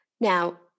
Now